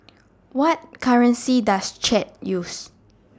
What currency Does Chad use